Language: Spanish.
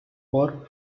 por